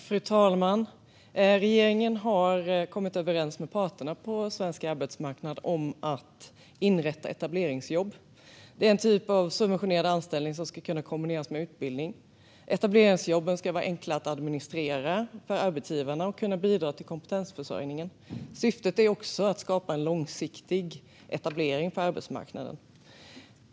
Fru talman! Regeringen har kommit överens med parterna på svensk arbetsmarknad om att inrätta etableringsjobb. Det är en typ av subventionerad anställning som ska kunna kombineras med utbildning. Etableringsjobben ska vara enkla för arbetsgivarna att administrera och kunna bidra till kompetensförsörjningen. Syftet är också att skapa en långsiktig etablering på arbetsmarknaden.